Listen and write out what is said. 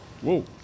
Whoa